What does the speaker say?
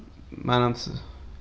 మనం